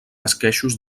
esqueixos